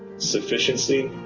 sufficiency,